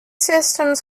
systems